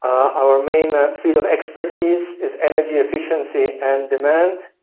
our main ah field of expertise is energy efficiency and demand.